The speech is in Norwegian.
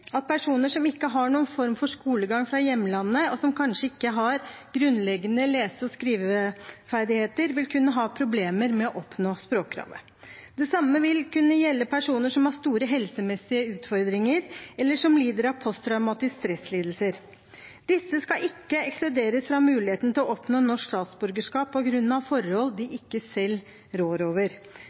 at personer som ikke har noen form for skolegang fra hjemlandet, og som kanskje ikke har grunnleggende lese- og skriveferdigheter, vil kunne ha problemer med å innfri språkkravet. Det samme vil kunne gjelde personer som har store helsemessige utfordringer, eller som lider av posttraumatiske stresslidelser. Disse skal ikke ekskluderes fra muligheten til å oppnå norsk statsborgerskap på grunn av forhold de selv ikke rår over.